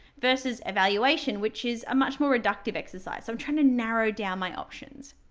versus evaluation, which is a much more reductive exercise. so i'm trying to narrow down my options.